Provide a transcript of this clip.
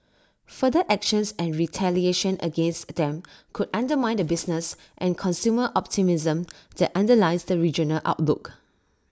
further actions and retaliation against them could undermine the business and consumer optimism that underlies the regional outlook